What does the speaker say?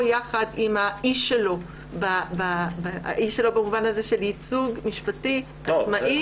יחד עם האיש שלו במובן של ייצוג משפטי עצמאי.